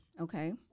Okay